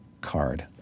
card